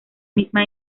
misma